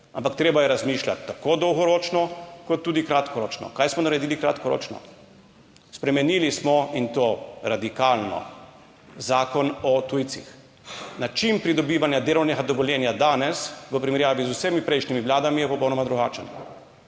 ampak treba je razmišljati tako dolgoročno kot tudi kratkoročno, kaj smo naredili kratkoročno. Spremenili smo, in to radikalno, Zakon o tujcih. Način pridobivanja delovnega dovoljenja danes v primerjavi z vsemi prejšnjimi vladami je popolnoma drugačen.